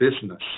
business